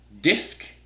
disc